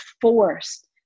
forced